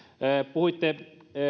puhuitte